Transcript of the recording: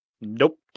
Nope